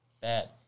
Bad